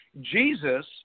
Jesus